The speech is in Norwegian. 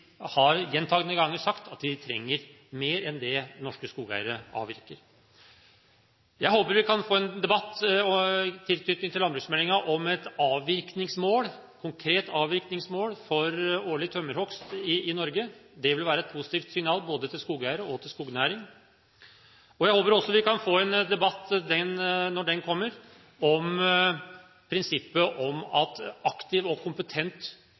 har gjentagende ganger sagt at de trenger mer enn det norske skogeiere avvirker. Jeg håper vi kan få en debatt i tilknytning til landbruksmeldingen om et avvirkningsmål, et konkret avvirkningsmål, for årlig tømmerhogst i Norge. Det vil være et positivt signal både til skogeiere og til skognæring. Jeg håper også vi kan få en debatt, når den tid kommer, om prinsippet om at et aktivt og kompetent